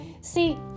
See